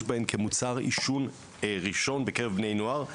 בהן כמוצר עישון ראשון בקרב בני נוער,